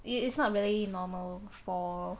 i~ it's not really normal for